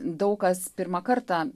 daug kas pirmą kartą